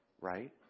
right